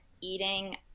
eating